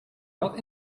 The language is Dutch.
dat